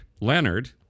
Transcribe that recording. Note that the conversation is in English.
Leonard